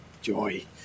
joy